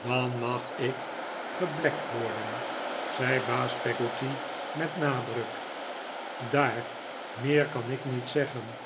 dan mag ik geblekt worden zei baas peggotty met nadruk daar meer kan ik niet zeggen